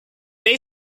they